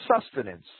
sustenance